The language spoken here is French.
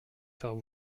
faire